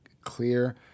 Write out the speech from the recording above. clear